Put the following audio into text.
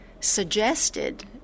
suggested